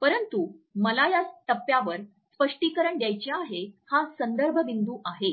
परंतु मला या टप्प्यावर स्पष्टीकरण द्यायचे आहे हा संदर्भ बिंदू आहे